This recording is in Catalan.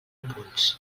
punts